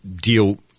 deal